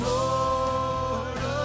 Lord